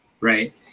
Right